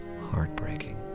heartbreaking